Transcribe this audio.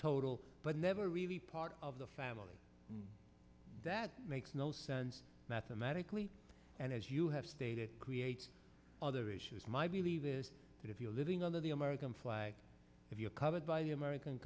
total but never really part of the family that makes no sense mathematically and as you have stated create other issues my belief is that if you're living under the american flag if you're covered by the american